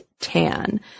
tan